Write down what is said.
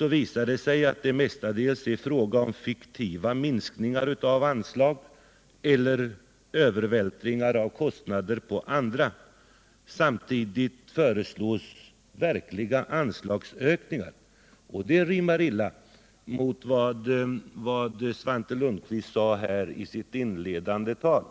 visar det sig dock att det för det mesta är fråga om fiktiva minskningar av anslag eller övervältringar av kostnader på andra. Samtidigt föreslås verkliga anslagsökningar, och det rimmar illa med vad Svante Lundkvist sade här i sitt inledande tal.